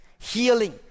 Healing